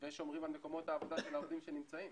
ושומרים על מקומות העבודה של העובדים שנמצאים.